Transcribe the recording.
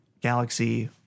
galaxy